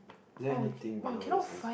is there anything below the science